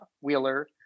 wheeler